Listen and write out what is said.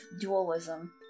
dualism